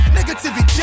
negativity